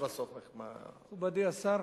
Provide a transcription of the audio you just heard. מכובדי השר,